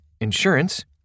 insurance